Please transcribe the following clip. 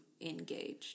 engaged